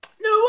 No